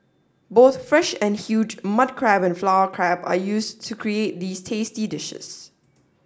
both fresh and huge mud crab and flower crab are used to create these tasty dishes